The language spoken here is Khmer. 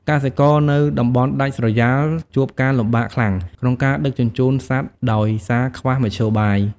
កសិករនៅតំបន់ដាច់ស្រយាលជួបការ លំបាកខ្លាំង ក្នុងការដឹកជញ្ជូនសត្វដោយសារខ្វះមធ្យោបាយ។